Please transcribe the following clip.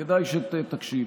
כדאי שתקשיב.